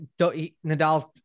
Nadal